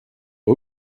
der